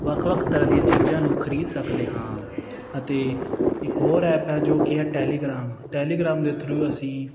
ਵੱਖ ਵੱਖ ਤਰ੍ਹਾਂ ਦੀਆਂ ਚੀਜ਼ਾਂ ਨੂੰ ਖਰੀਦ ਸਕਦੇ ਹਾਂ ਅਤੇ ਇੱਕ ਹੋਰ ਐਪ ਹੈ ਜੋ ਕਿ ਟੈਲੀਗਰਾਮ ਟੈਲੀਗਰਾਮ ਦੇ ਥਰੂ ਅਸੀਂ